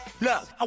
Look